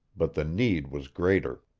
but the need was greater.